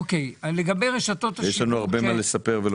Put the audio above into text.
יש לנו הרבה מה לספר ולומר.